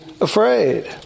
afraid